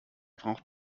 braucht